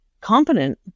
Competent